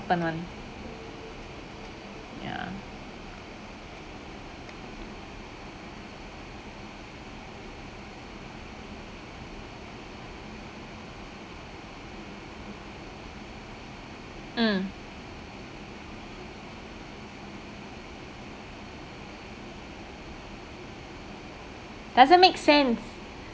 happen [one] ya mm doesn't make sense